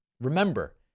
remember